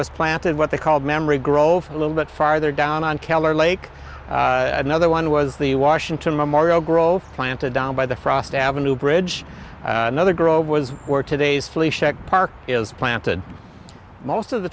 was planted what they called memory grove a little bit farther down on keller lake another one was the washington memorial grove planted down by the frost avenue bridge another girl was for today's flu shot park is planted most of the